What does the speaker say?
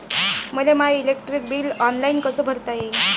मले my electric bill online कस भरता येईन?